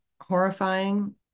horrifying